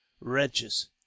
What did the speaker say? wretches